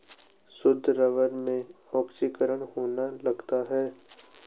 शुद्ध रबर में ऑक्सीकरण होने लगता है